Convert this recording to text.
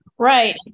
Right